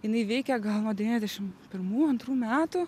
jinai veikia gal nuo devyniasdešim pirmų antrų metų